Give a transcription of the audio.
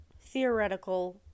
Theoretical